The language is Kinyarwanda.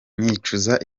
nicuza